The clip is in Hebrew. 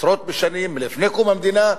עשרות שנים, לפני קום המדינה,